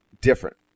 different